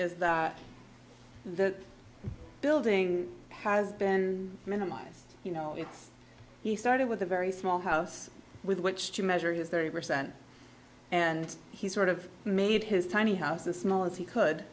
is that the building has been minimal you know he started with a very small house with which to measure his thirty percent and he sort of made his tiny house a small as he could